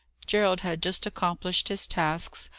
gerald had just accomplished his tasks,